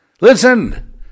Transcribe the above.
Listen